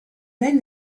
then